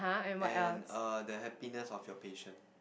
and err the happiness of your patient